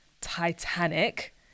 Titanic